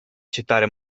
citare